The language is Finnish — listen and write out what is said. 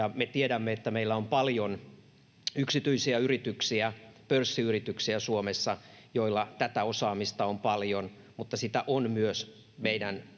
me tiedämme, että meillä on paljon yksityisiä yrityksiä, pörssiyrityksiä, Suomessa, joilla tätä osaamista on paljon, mutta sitä on myös meidän